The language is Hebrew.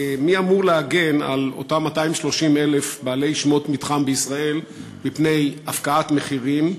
מי אמור להגן על אותם 230,000 בעלי שמות מתחם בישראל מפני הפקעת מחירים?